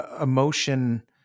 emotion